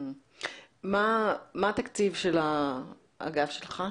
מה התקציב של האגף שלך?